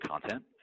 content